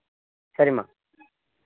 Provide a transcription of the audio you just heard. సరే అమ్మా